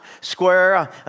square